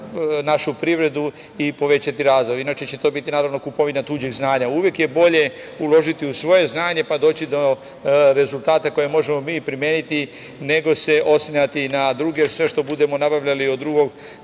našu privredu i povećati razvoj, inače će to biti naravno kupovina tuđih znanja. Uvek je bolje uložiti u svoje znanje, pa doći do rezultata koje možemo mi primeniti, nego se oslanjati na druge, jer sve što budemo nabavljali od drugog,